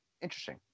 Interesting